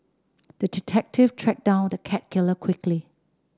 the detective tracked down the cat killer quickly